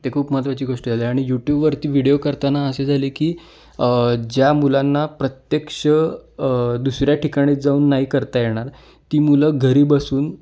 ते खूप महत्त्वाची गोष्टी झाली आणि यूट्यूबवरती व्हिडीओ करताना असे झाले की ज्या मुलांना प्रत्यक्ष दुसऱ्या ठिकाणी जाऊन नाही करता येणार ती मुलं घरी बसून